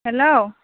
hello